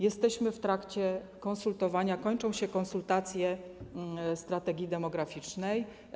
Jesteśmy w trakcie konsultowania, kończą się konsultacje Strategii Demograficznej.